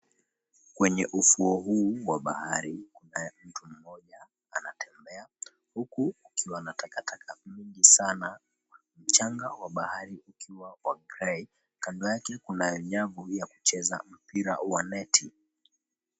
Kwenye ufuo huu wa bahari kuna mtu mmoja anatembea huku akiwa na takataka nyingi sana. Mchanga wa bahari ukiwa wa grey kando yake kuna nyavu ya kucheza mpira wa neti.